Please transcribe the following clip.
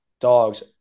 dogs